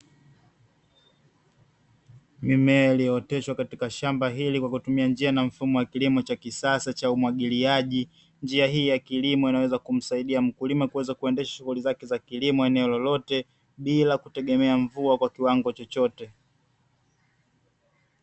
Mimea iliyooteshwa katika shamba hili kwa kutumia njia na mfumo wa kisasa cha umwagiliaji. Njia hii ya kilimo inaweza kumsaidia mkulima kuweza kuendesha shughuli zake za kilimo eneo lolote, bila kutegemea mvua kwa kiwango chochote.